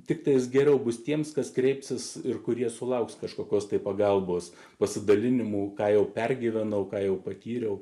tik tas geriau bus tiems kas kreipsis ir kurie sulauks kažkokios pagalbos pasidalinimų ką jau pergyvenau ką jau patyriau